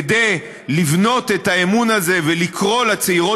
כדי לבנות את האמון הזה ולקרוא לצעירות